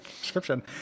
description